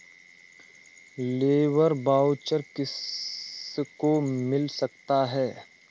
Labour voucher किसको मिल सकता है?